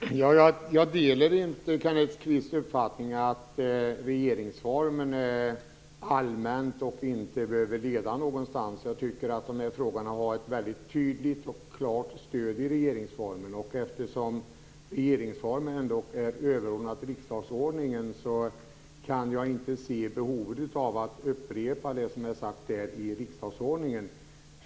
Fru talman! Jag delar inte Kenneth Kvists uppfattning att regeringsformen är allmän och inte behöver leda någonstans. Jag tycker att den här frågan har ett mycket tydligt och klart stöd i regeringsformen. Eftersom regeringsformen ändå är överordnad riksdagsordningen kan jag inte se behovet av att upprepa det som är sagt där i riksdagsordningen.